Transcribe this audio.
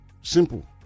Simple